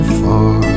far